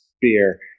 Beer